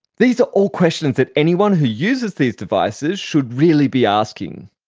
these are all questions that anyone who uses these devices should really be asking.